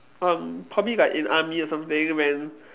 um probably like in army or something when